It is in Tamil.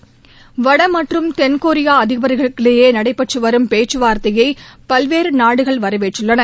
வட மற்றும் தென்கொரியா அதிபர்களுக்கிடையே நடைபெற்று வரும் பேச்சுவார்த்தையை பல்வேறு நாடுகள் வரவேற்றுள்ளன